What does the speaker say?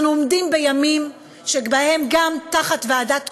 אנחנו עומדים בימים שבהם גם תחת ועדת חוקה,